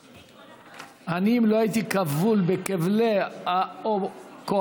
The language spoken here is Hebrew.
אני, אם לא הייתי כבול בכבלי הקואליציה,